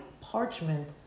parchment